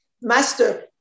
Master